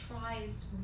tries